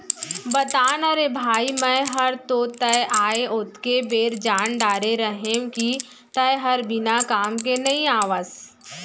बता ना रे भई मैं हर तो तैं आय ओतके बेर जान डारे रहेव कि तैं हर बिना काम के नइ आवस